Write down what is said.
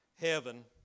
heaven